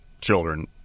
children